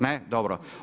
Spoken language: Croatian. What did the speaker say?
Ne, dobro.